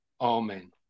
Amen